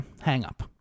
hang-up